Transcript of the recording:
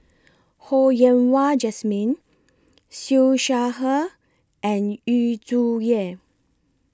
Ho Yen Wah Jesmine Siew Shaw Her and Yu Zhuye